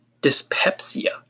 dyspepsia